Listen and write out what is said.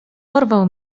porwał